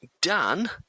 Dan